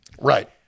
Right